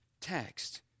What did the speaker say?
text